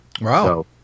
Wow